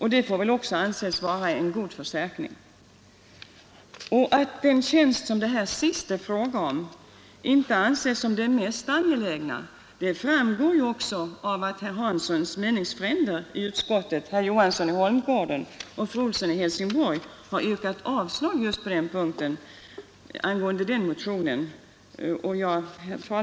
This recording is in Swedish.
Det får väl också anses vara en god förstärkning. Att den tjänst det här är fråga om inte anses som den mest angelägna framgår ju också av att herr Hanssons meningsfränder herr Johansson i Holmgården och fru Olsson i Helsingborg yrkat avslag på motionen.